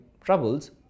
troubles